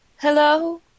Hello